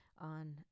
on